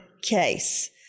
case